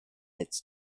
its